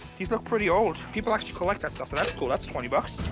these look pretty old. people actually collect that stuff, so that's cool. that's twenty but